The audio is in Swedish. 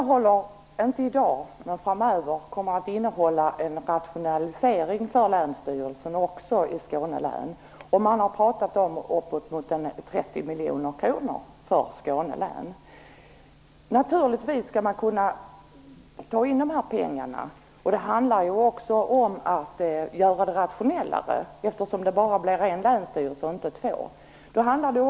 Herr talman! Länsstyrelserna kommer att rationaliseras framöver, också i Skåne län. Man har pratat om uppemot 30 miljoner kronor för länet. Naturligtvis skall man kunna ta in dessa pengar. Lokaliseringsfrågan handlar också om en rationalisering, eftersom det bara kommer att bli en länsstyrelse i stället för två.